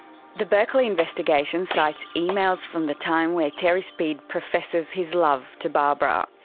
the berkeley investigation cites emails from the time where terry speed professes his love to barbara.